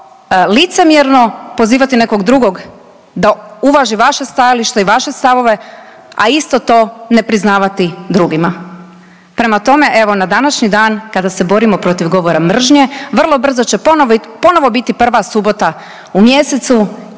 licemjerno pozivati nekog drugog da uvaži vaše stajalište i vaše stavove, a isto to ne priznavati drugima. Prema tome evo na današnji dan kada se borimo protiv govora mržnje, vrlo brzo će ponovno biti prva subota u mjesecu